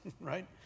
right